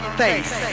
face